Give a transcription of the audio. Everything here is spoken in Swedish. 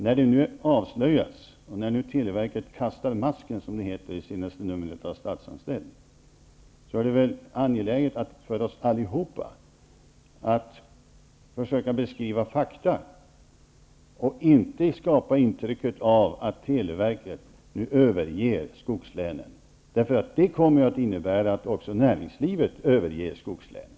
När det nu avslöjats och när televerket kastat masken, som det heter i senaste numret av Statsanställd, är det väl angeläget för oss alla att försöka beskriva fakta och inte skapa intrycket att televerket nu överger skogslänen. Det kommer att innebära i så fall att också näringslivet överger skogslänen.